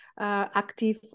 active